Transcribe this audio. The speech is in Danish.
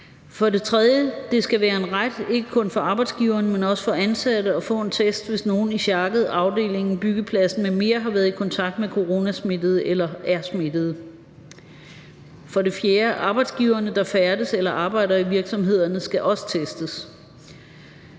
3) Det skal være en ret ikke kun for arbejdsgiveren, men også for ansatte at få en test, hvis nogen i sjakket eller afdelingen eller på byggepladsen m.m. har været i kontakt med coronasmittede eller er smittede. 4) Arbejdsgiverne, der færdes eller arbejder i virksomhederne, skal også testes.